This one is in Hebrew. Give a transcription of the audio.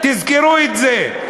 תזכרו את זה.